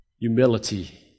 Humility